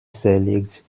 zerlegt